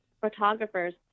photographers